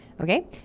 Okay